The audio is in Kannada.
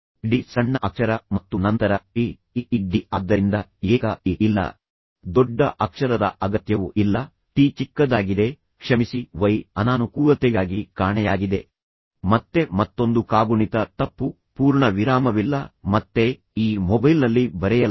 ಡಿ ಸಣ್ಣ ಅಕ್ಷರ ಮತ್ತು ನಂತರ ಪಿ ಇ ಇ ಡಿ ಆದ್ದರಿಂದ ಏಕ ಇ ಇಲ್ಲ ದೊಡ್ಡ ಅಕ್ಷರದ ಅಗತ್ಯವು ಇಲ್ಲ ಟಿ ಚಿಕ್ಕದಾಗಿದೆ ಕ್ಷಮಿಸಿ ವೈ ಅನಾನುಕೂಲತೆಗಾಗಿ ಕಾಣೆಯಾಗಿದೆ ಮತ್ತೆ ಮತ್ತೊಂದು ಕಾಗುಣಿತ ತಪ್ಪು ಪೂರ್ಣ ವಿರಾಮವಿಲ್ಲ ಮತ್ತೆ ಈ ಮೊಬೈಲ್ನಲ್ಲಿ ಬರೆಯಲಾಗಿದೆ